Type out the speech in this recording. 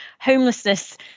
homelessness